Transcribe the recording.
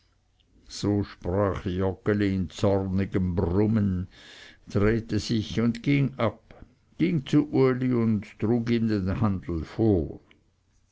so sprach joggeli in zornigem brummen drehte sich und ging ab ging zu uli und trug ihm den handel vor